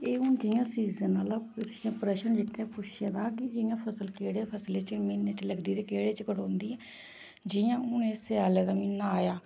एह् हून जियां सीजन आह्ला प्रश्न जेह्के पुच्छे दा कि जियां फसल केह्ड़े फसल केह्ड़े म्हीने च लगदी ते केह्ड़े च कटोंदी जियां हून एह् स्याले दा म्हीना आया